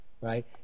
right